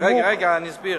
אני אסביר.